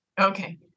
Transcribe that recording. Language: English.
Okay